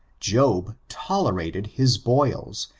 job tolerated his boils,